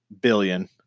billion